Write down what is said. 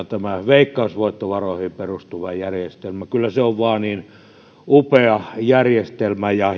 tämä veikkausvoittovaroihin perustuva järjestelmä kyllä se vain on niin upea järjestelmä ja